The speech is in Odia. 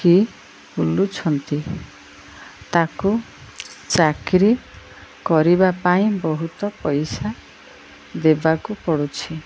କିି ବୁଲୁଛନ୍ତି ତାକୁ ଚାକିରୀ କରିବା ପାଇଁ ବହୁତ ପଇସା ଦେବାକୁ ପଡ଼ୁଛି